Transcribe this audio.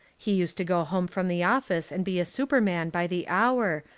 he used to go home from the office and be a superman by the hour,